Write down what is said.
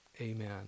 amen